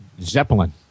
zeppelin